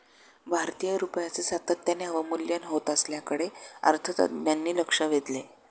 भारतीय रुपयाचे सातत्याने अवमूल्यन होत असल्याकडे अर्थतज्ज्ञांनी लक्ष वेधले